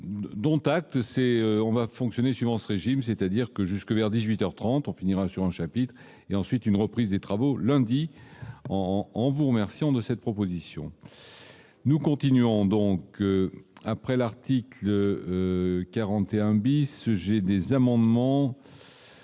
dont acte, c'est on va fonctionner suivant ce régime c'est-à-dire que jusque vers 18 heures 30 on finira sur un chapitre, et ensuite une reprise des travaux lundi en en vous remerciant de cette proposition. Nous continuons donc après l'article 41 bis, j'ai des amendements.